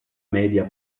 media